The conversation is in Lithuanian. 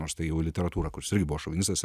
nors tai jau literatūra kur jis irgo buvo šovinistas